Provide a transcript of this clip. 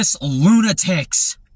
lunatics